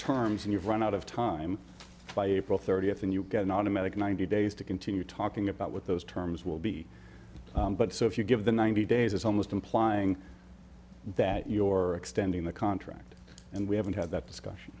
terms and you've run out of time by april thirtieth and you get an automatic ninety days to continue talking about what those terms will be but so if you give the ninety days it's almost implying that your extending the contract and we haven't had that discussion